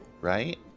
right